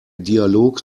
dialog